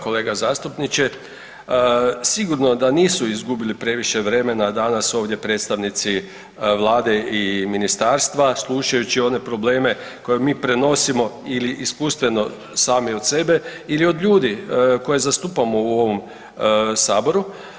Hvala kolega zastupniče, sigurno da nisu izgubili previše vremena danas ovdje predstavnici Vlade i ministarstva slušajući one probleme koje mi prenosimo ili iskustveno sami od sebe ili od ljudi koje zastupamo u ovom saboru.